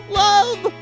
love